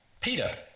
peter